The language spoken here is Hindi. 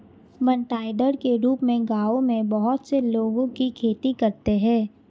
बँटाईदार के रूप में गाँवों में बहुत से लोगों की खेती करते हैं